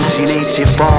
1984